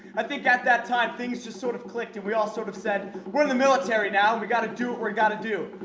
i think at that time, things just sort of clicked, and we all sort of said, we're in the military now. and we gotta do what we gotta do.